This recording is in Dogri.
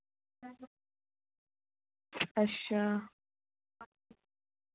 अच्छा